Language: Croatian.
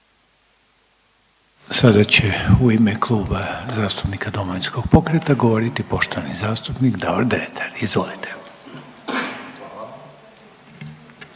Sada će u ime Kluba zastupnika Domovinskog pokreta govoriti poštovani zastupnik Davor Dretar. Izvolite.